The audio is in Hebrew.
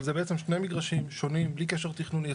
אבל זה בעצם שני מגרשים שונים, בלי קשר תכנוני.